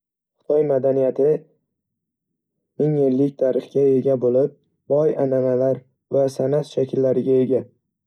Xitoy madaniyati ming yillik tarixga ega bo'lib, boy an'analar va san'at shakllariga ega.